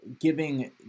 giving